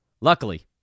Luckily